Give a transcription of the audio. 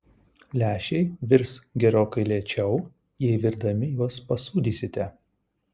lęšiai virs gerokai lėčiau jei virdami juos pasūdysite